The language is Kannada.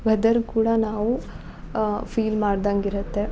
ವೆದರ್ ಕೂಡ ನಾವು ಫೀಲ್ ಮಾಡ್ದಂಗಿರುತ್ತೆ